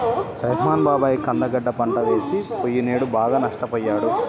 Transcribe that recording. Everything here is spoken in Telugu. రెహ్మాన్ బాబాయి కంద గడ్డ పంట వేసి పొయ్యినేడు బాగా నష్టపొయ్యాడు